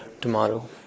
tomorrow